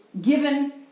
given